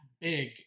big